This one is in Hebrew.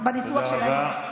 תודה רבה.